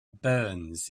burns